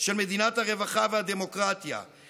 תומך טרור, ממך,